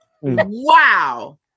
Wow